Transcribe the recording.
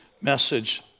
message